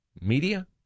media